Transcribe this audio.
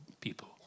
people